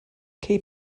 key